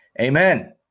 Amen